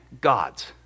God's